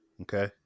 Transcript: Okay